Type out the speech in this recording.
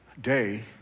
day